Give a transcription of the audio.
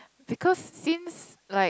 because since like